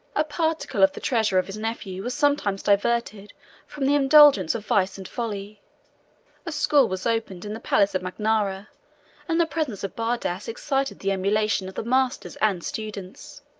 a particle of the treasures of his nephew was sometimes diverted from the indulgence of vice and folly a school was opened in the palace of magnaura and the presence of bardas excited the emulation of the masters and students.